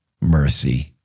mercy